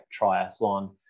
triathlon